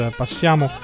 passiamo